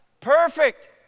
Perfect